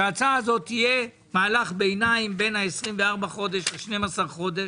שהיא תהיה מהלך ביניים בין 24 חודשים ל-12 חודשים.